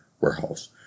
Warehouse